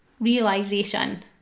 Realization